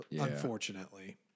Unfortunately